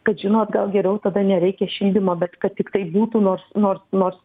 kad žinot gal geriau tada nereikia šildymo bet kad tiktai būtų nors nors nors